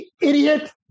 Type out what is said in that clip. idiot